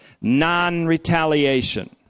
non-retaliation